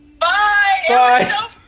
Bye